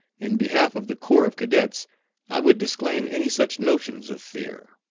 in behalf of the corps of cadets i would disclaim any such notions of fear,